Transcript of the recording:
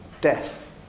death